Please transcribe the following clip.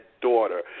daughter